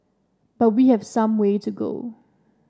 but we have some way to go